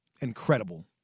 incredible